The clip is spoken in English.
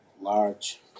large